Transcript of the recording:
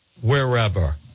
wherever